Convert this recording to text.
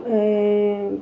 ओह